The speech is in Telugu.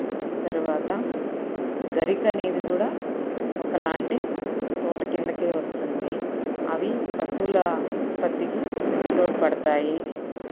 తర్వాత గరికనేది గూడా ఒకలాంటి తోటకిందకే వస్తుంది అవి పశువుల ఉత్పత్తికి తోడ్పడతాయి